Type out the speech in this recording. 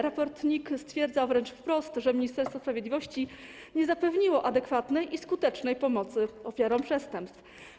Raport NIK stwierdza wręcz wprost, że Ministerstwo Sprawiedliwości nie zapewniło adekwatnej i skutecznej pomocy ofiarom przestępstw.